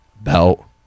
belt